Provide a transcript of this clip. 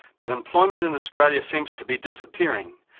but employment in australia seems to be disappearing,